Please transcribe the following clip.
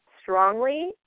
strongly